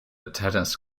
tennis